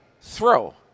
throw